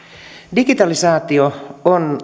digitalisaatio on